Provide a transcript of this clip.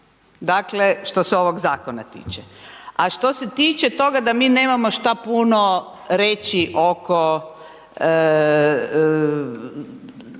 dakle što se ovog zakona tiče. A što se tiče toga da mi nemamo šta puno reći oko